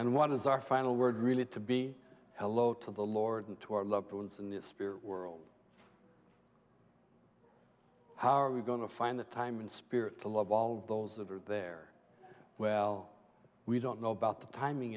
and what is our final word really to be hello to the lord and to our loved ones in the spirit world how are we going to find the time and spirit to love all those that are there well we don't know about the timing